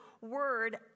word